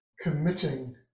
committing